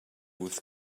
with